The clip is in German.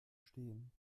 stehen